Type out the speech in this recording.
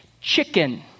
chicken